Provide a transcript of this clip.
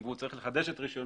אם הוא צריך לחדש את רישיונו,